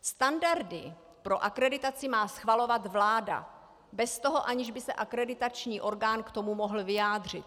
Standardy pro akreditaci má schvalovat vláda bez toho, aniž by se akreditační orgán k tomu mohl vyjádřit.